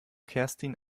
kerstin